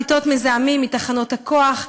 פליטות מזהמים מתחנות הכוח,